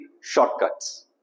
shortcuts